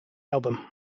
album